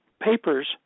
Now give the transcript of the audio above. papers